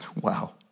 Wow